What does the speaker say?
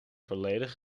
volledig